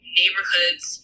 neighborhoods